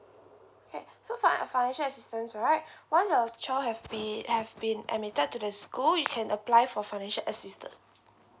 okay finan~ financial assistance right once your child have been have been admitted to the school you can apply for financial assistance